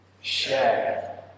share